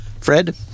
Fred